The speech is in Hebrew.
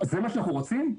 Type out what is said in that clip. זה מה שאנחנו רוצים?